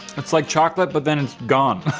it's like chocolate, but then it's gone,